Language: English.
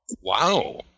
Wow